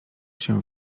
się